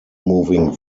moving